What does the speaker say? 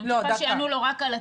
אני מצפה שיענו לו רק על עצמו.